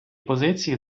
позиції